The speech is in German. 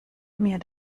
mir